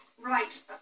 Right